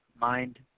Mind